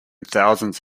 thousands